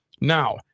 Now